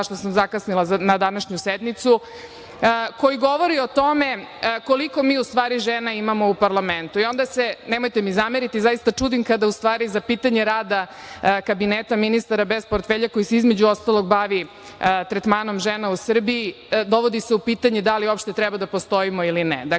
zašto sam zakasnila na današnju sednicu, koji govori o tome koliko mi u stvari žena imamo u parlamentu. Onda se, nemojte mi zameriti, zaista čudim kada u stvari za pitanje rada kabineta ministara bez portfelja, koji se između ostalog bavi tretmanom žena u Srbiji, dovodi se u pitanje da li uopšte treba da postojimo ili